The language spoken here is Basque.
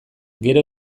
gero